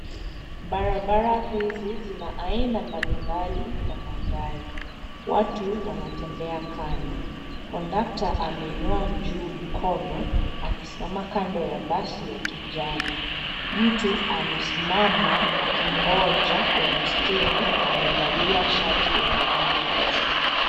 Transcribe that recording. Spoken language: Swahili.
Barabara hizi zina aina mbalimbali ya magari watu wanatembea kando kondakta ameinua juu mkono akisimama kando ya basi ya kijani mtu amesimama akingoja kwenye steni amevalia shati yenye rangi ya machungwa.